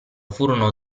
furono